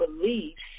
beliefs